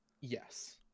Yes